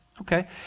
Okay